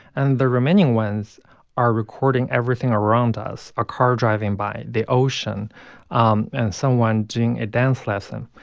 and the remaining ones are recording everything around us a car driving by, the ocean um and someone doing a dance lesson.